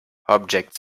object